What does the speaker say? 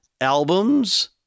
albums